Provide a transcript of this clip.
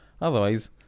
Otherwise